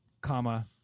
comma